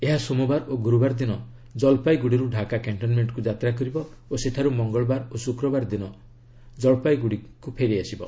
ଏହା ସୋମବାର ଓ ଗୁରୁବାର ଦିନ ଜଲପାଇଗୁଡ଼ିରୁ ଢ଼ାକା କ୍ୟାଣ୍ଟନମେଣ୍ଟକୁ ଯାତ୍ରା କରିବ ଓ ସେଠାରୁ ମଙ୍ଗଳବାର ଓ ଶୁକ୍ରବାର ଦିନ ଜଳପାଇଗୁଡ଼ିକୁ ଫେରିବ